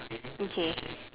okay